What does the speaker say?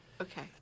Okay